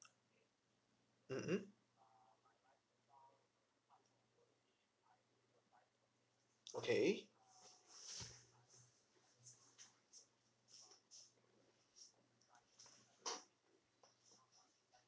mmhmm okay